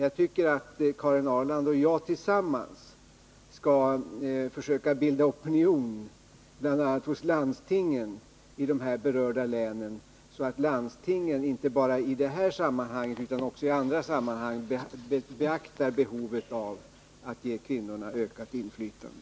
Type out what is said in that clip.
Jag tycker att Karin Ahrland och jag tillsammans skall försöka bilda opinion, bl.a. hos landstingen i de berörda länen, så att landstingen inte bara i det här sammanhanget utan också i andra beaktar behovet av att ge kvinnorna ökat inflytande.